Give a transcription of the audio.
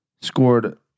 scored